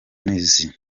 mizi